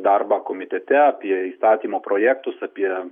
darbą komitete apie įstatymo projektus apie